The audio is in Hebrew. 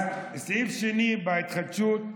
סעיף שני בהתחדשות,